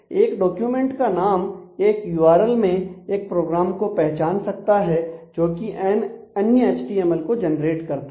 एक डॉक्यूमेंट का नाम एक यूआरएल में एक प्रोग्राम को पहचान सकता है जो कि अन्य एचटीएमएल को जनरेट करता है